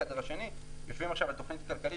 בחדר השני יושבים עכשיו על תוכנית כלכלית